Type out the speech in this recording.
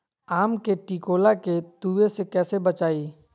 आम के टिकोला के तुवे से कैसे बचाई?